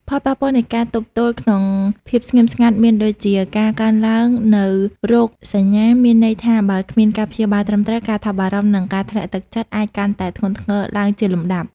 ផលប៉ះពាល់នៃការទប់ទល់ក្នុងភាពស្ងៀមស្ងាត់មានដូចជា ការកើនឡើងនូវរោគសញ្ញា មានន័យថាបើគ្មានការព្យាបាលត្រឹមត្រូវ ការថប់បារម្ភ និងការធ្លាក់ទឹកចិត្តអាចកាន់តែធ្ងន់ធ្ងរឡើងជាលំដាប់។